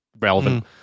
relevant